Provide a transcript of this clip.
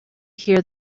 hear